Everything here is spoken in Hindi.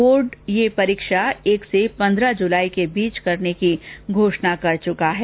बोर्ड यह परीक्षा एक से पंद्रह जुलाई के बीच करने की घोषणा की है